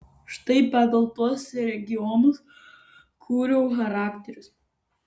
štai pagal tuos regionus kūriau charakterius